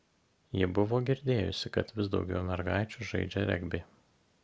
ji buvo girdėjusi kad vis daugiau mergaičių žaidžią regbį